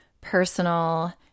personal